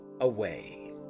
away